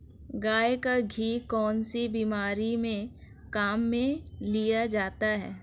गाय का घी कौनसी बीमारी में काम में लिया जाता है?